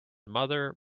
mother